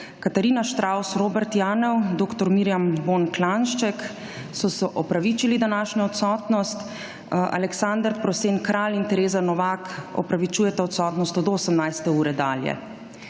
Katarina Šravs, Robert Janov, dr. Mirjam Bon Klanjšček, so opravičili današnjo odsotnost. Aleksander Prosen Kralj in Tereza Novak opravičujeta odsotnost od 18. ure dalje.